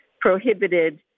prohibited